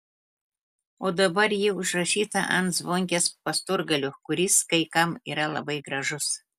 o dabar ji užrašyta ant zvonkės pasturgalio kuris kai kam yra labai gražus